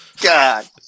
god